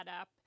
up